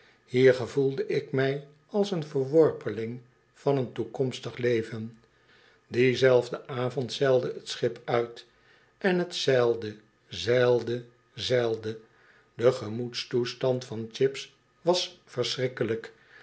hier gevoelde ik mij als een verworpeling van een toekomstig leven dienzelfden avond zeilde t schip uit en t zeilde zeilde zeilde de gemoedstoestand van chips was verschrikkelijk